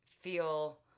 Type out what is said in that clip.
feel